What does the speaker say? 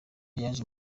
yaje